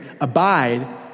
abide